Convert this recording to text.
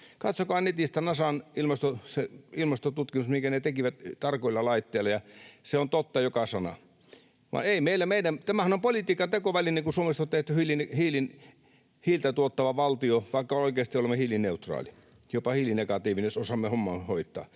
Katsokaa netistä se Nasan ilmastotutkimus, minkä ne tekivät tarkoilla laitteilla. Se on totta joka sana, vaan ei meillä... Tämähän on politiikantekoväline, se, kun Suomesta on tehty hiiltä tuottava valtio, vaikka oikeasti olemme hiilineutraali, jopa hiilinegatiivinen, jos osaamme homman hoitaa.